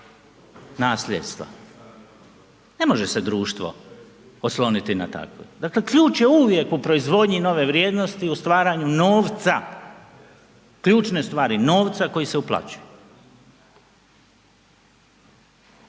nasljedstva. Ne može se društvo osloniti na takve, dakle ključ je uvijek u proizvodnji nove vrijednosti u stvaranju novca, ključne stvari novca koji se uplaćuje.